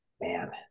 Man